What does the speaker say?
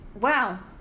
wow